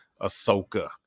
Ahsoka